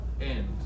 end